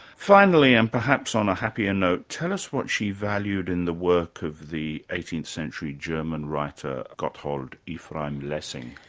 finally and perhaps on a happier note, tell us what she valued in the work of the eighteenth century german writer, gotthold ephraim lessing.